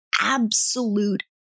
absolute